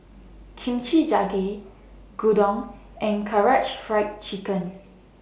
Kimchi Jjigae Gyudon and Karaage Fried Chicken